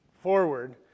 forward